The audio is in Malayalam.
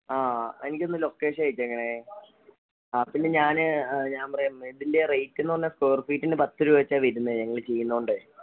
ആ എനിക്കൊന്ന് ലൊക്കേഷൻ അയച്ചേക്കണേ ആ പിന്നെ ഞാൻ ഞാൻ പറയാം ഇതിന്റെ റെയ്റ്റ് എന്ന് പറഞ്ഞാൽ സ്ക്വയർ ഫീറ്റ്ന് പത്ത് രൂപ വെച്ചാണ് വരുന്നത് ഞങ്ങൾ ചെയ്യുന്നതുകൊണ്ടേ